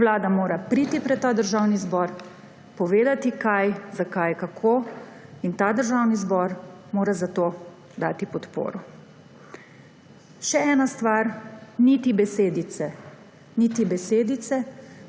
Vlada mora priti pred državni zbor, povedati, kaj, zakaj, kako, in državni zbor mora za to dati podporo. Še ena stvar. Niti besedice, niti besedice